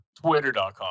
Twitter.com